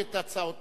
לנושא: